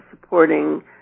supporting